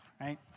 right